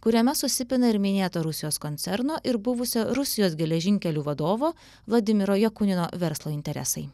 kuriame susipina ir minėto rusijos koncerno ir buvusio rusijos geležinkelių vadovo vladimiro jakunino verslo interesai